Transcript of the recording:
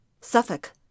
Suffolk